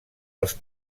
els